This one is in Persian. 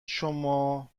شما